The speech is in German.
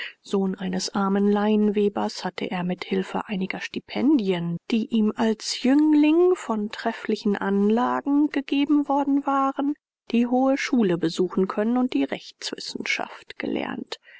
sohn eines armen leinwebers hatte er mit hilfe einiger stipendien die ihm als jüngling von trefflichen anlagen gegeben worden waren die hohe schule besuchen können und die rechtswissenschaft gelernt